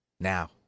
Now